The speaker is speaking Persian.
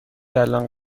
الآن